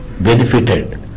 benefited